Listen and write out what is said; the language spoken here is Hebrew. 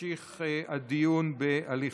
שימשיך לישון.